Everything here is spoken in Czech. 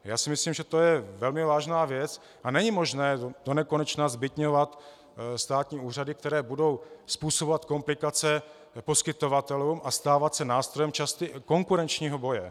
A myslím si, že to je velmi vážná věc a není možné donekonečna zbytňovat státní úřady, které budou způsobovat komplikace poskytovatelům a stávat se nástrojem konkurenčního boje.